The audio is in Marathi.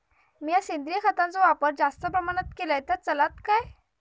मीया सेंद्रिय खताचो वापर जास्त प्रमाणात केलय तर चलात काय?